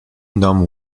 nomme